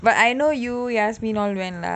but I know you yasmine all went lah